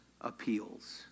appeals